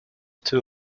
too